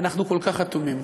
אנחנו כל כך אטומים.